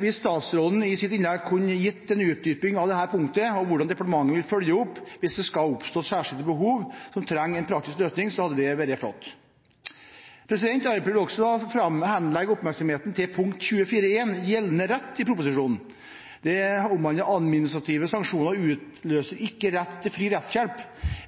Hvis statsråden i sitt innlegg kunne gitt en utdypning av dette punktet og hvordan departementet vil følge opp hvis det skulle oppstå særskilte behov som trenger en praktisk løsning, hadde det vært flott. Arbeiderpartiet vil også henlede oppmerksomheten mot punkt 24.1, Gjeldende rett, i proposisjonen. Det omhandler at administrative sanksjoner ikke utløser rett til fri rettshjelp.